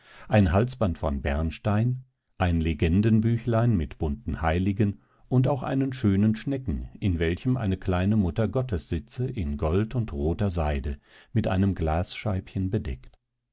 ein halsband von bernstein ein legendenbüchlein mit bunten heiligen und auch einen schönen schnecken in welchem eine kleine mutter gottes sitze in gold und roter seide mit einem glasscheibchen bedeckt